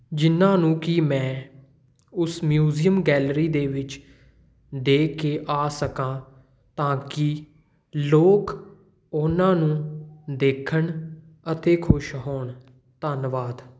ਜਿਨ੍ਹਾਂ ਨੂੰ ਕਿ ਮੈਂ ਉਸ ਮਿਊਜ਼ੀਅਮ ਗੈਲਰੀ ਦੇ ਵਿੱਚ ਦੇ ਕੇ ਆ ਸਕਾਂ ਤਾਂ ਕਿ ਲੋਕ ਉਹਨਾਂ ਨੂੰ ਦੇਖਣ ਅਤੇ ਖੁਸ਼ ਹੋਣ ਧੰਨਵਾਦ